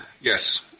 Yes